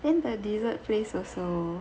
then the dessert place also